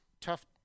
tough